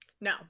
No